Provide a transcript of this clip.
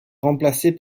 remplacé